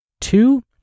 two